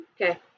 Okay